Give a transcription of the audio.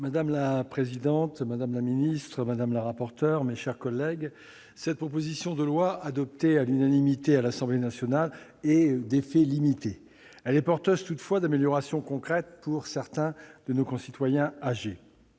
Madame la présidente, madame la secrétaire d'État, madame la rapporteur, mes chers collègues, cette proposition de loi, adoptée à l'unanimité par l'Assemblée nationale, est d'effet limité. Toutefois, elle est porteuse d'améliorations concrètes pour certains de nos concitoyens âgés.